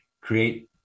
create